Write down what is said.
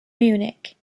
munich